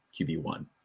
QB1